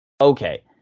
okay